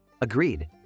agreed